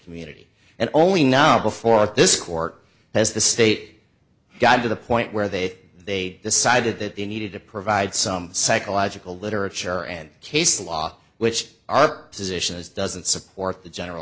community and only now before this court has the state got to the point where they they decided that they needed to provide some psychological literature and case law which our position is doesn't support the general